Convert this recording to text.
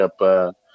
up